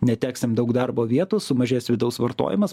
neteksim daug darbo vietų sumažės vidaus vartojimas